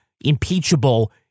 impeachable